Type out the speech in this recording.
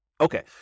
Okay